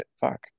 fuck